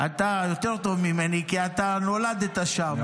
--- אתה יותר טוב ממני, כי אתה נולדת שם.